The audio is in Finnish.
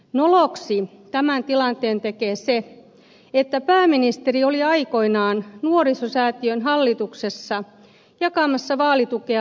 noloksi tämän tilanteen tekee se että pääministeri oli aikoinaan nuorisosäätiön hallituksessa jakamassa vaalitukea itselleen